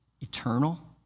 Eternal